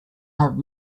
have